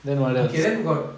okay then got